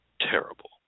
terrible